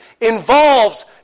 involves